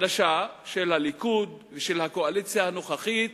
של הליכוד ושל הקואליציה הנוכחית,